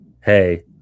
Hey